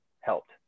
helped